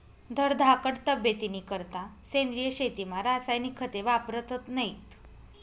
धडधाकट तब्येतनीकरता सेंद्रिय शेतीमा रासायनिक खते वापरतत नैत